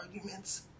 arguments